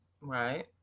right